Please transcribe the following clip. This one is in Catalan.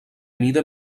mida